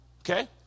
Okay